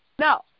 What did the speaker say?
No